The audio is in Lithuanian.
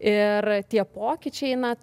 ir tie pokyčiai na